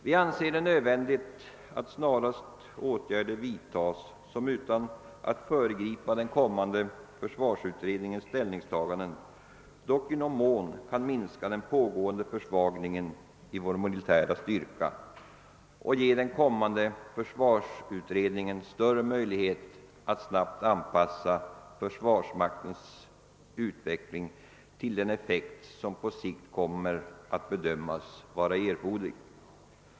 Vi anser det nödvändigt att åtgärder snarast vidtas som, utan att föregripa den kommande försvarsutredningens <ställningstaganden, dock i någon mån kan minska den pågående försvagningen i vår militära styrka och ge den kommande försvarsutredningen större möjligheter = att snabbt anpassa försvarsmaktens utveckling till den effekt som på sikt kommer att bedömas vara erforderlig.